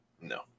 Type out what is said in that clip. No